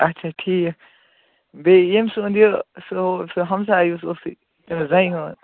اَچھا ٹھیٖک بیٚیہِ ییٚمہِ سُنٛد یہِ سُہ ہُہ سُہ ہمساے یُس اوسُے تٔمِس زَنہِ ہُنٛد